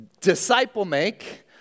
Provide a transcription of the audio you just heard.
disciple-make